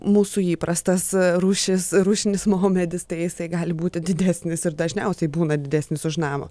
mūsų įprastas rūšis rūšinis maumedis tai jisai gali būti didesnis ir dažniausiai būna didesnis už namą